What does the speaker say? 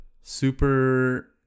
super